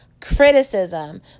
criticism